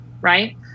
right